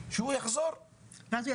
ואם,